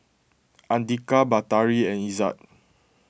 andika Batari and Izzat